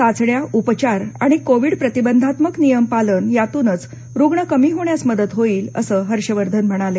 चाचण्या उपचार आणि कोविड प्रतिबंधात्मक नियम पालन यातूनच रुग्ण कमी होण्यास मदत होईल असं हर्षवर्धन म्हणाले